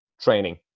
training